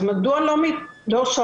אז מדוע לא שואלים,